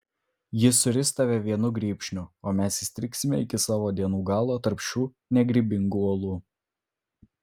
jis suris tave vienu grybšniu o mes įstrigsime iki savo dienų galo tarp šitų negrybingų uolų